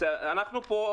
אנחנו פה,